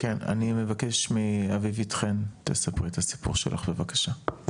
אני מבקש מאביבית חן, תספרי את הסיפור שלך בבקשה.